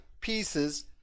pieces